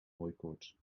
hooikoorts